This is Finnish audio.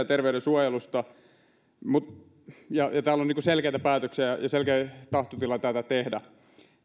terveyden suojelusta ja täällä on selkeitä päätöksiä ja selkeä tahtotila tätä tehdä